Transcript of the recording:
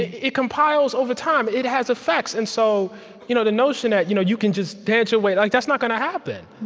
it compiles over time. it has effects. and so you know the notion that you know you can just dance your way like that's not gonna happen.